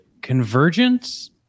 Convergence